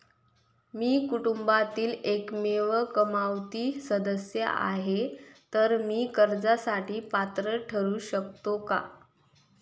मी कुटुंबातील एकमेव कमावती सदस्य आहे, तर मी कर्जासाठी पात्र ठरु शकतो का?